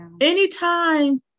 Anytime